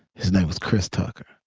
his name was chris tucker.